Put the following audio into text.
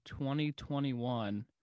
2021